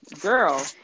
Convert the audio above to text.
Girl